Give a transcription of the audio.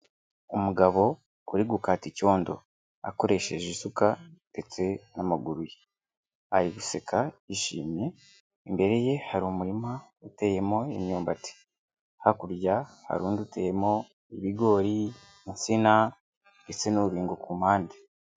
Umugabo uri gukata icyondo akoresheje isuka ndetse n'amaguru ye. Ari aguseka yishimye, imbere ye hari umurima uteyemo imyumbati. Hakurya hari undi uteyemo ibigori, insina ndetse n'urubingo ku mpande.